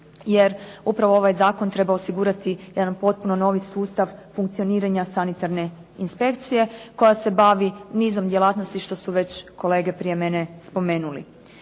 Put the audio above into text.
jer upravo ovaj zakon treba osigurati jedan potpuno novi sustav funkcioniranja sanitarne inspekcije koja se bavi nizom djelatnosti, što su već kolege prije mene spomenuli.